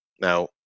Now